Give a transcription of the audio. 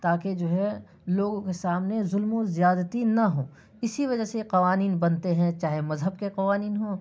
تا کہ جو ہے لوگوں کے سامنے ظلم و زیادتی نہ ہو اسی وجہ سے قوانین بنتے ہیں چاہے مذہب کے قوانین